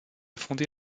fondé